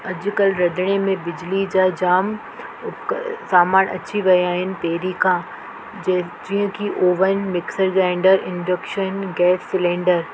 अॼुकल्ह रंधिणे में बिजली जा जाम उपकर सामानु अची विया आहिनि पहिरीं खां जे जीअं की oven mixer grinder induction gas cylinder